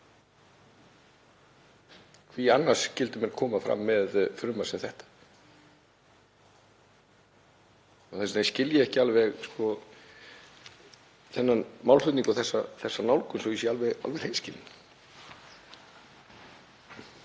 menn annars koma fram með frumvarp sem þetta? Þess vegna skil ég ekki alveg þennan málflutning og þessa nálgun, svo ég sé alveg hreinskilinn.